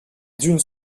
dunes